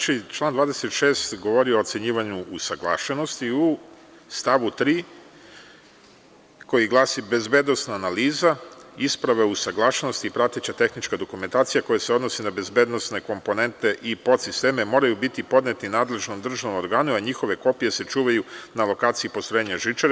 Član 26. govori o ocenjivanju usaglašenosti u stavu 3, koji glasi - bezbednosna analiza isprave usaglašenosti i prateća tehnička dokumentacija koja se odnosi na bezbednosne komponente i podsisteme moraju biti podneti nadležnom državnom organu a njihove kopije se čuvaju na lokaciji postrojenja žičare.